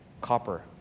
Copper